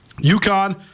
UConn